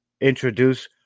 introduce